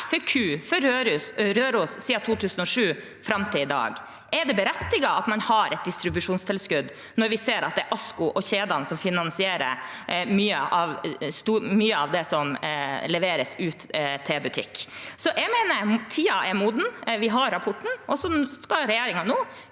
siden 2007 og fram til i dag. Er det berettiget at man har et distribusjonstilskudd når vi ser at det er ASKO og kjedene som finansierer mye av det som leveres ut til butikk? Jeg mener tiden er moden. Vi har rapporten, og regjeringen